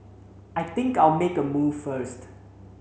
I think I'll make a move first